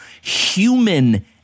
human